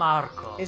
Marco